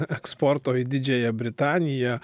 eksporto į didžiąją britaniją